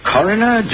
Coroner